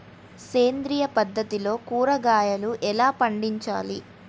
సేంద్రియ పద్ధతిలో కూరగాయలు ఎలా పండించాలి?